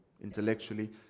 Intellectually